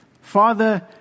father